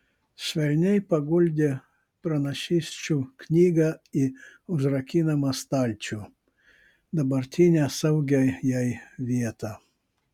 švelniai paguldė pranašysčių knygą į užrakinamą stalčių dabartinę saugią jai vietą